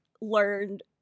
learned